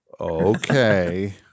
Okay